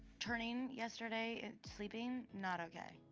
turning yesterday and sleeping not okay.